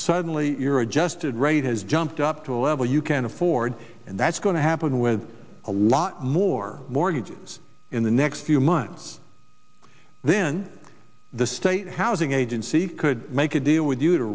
suddenly your adjusted rate has jumped up to a level you can't afford and that's going to happen with a lot more mortgages in the next few months then the state housing agencies could make a deal with you to